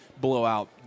blowout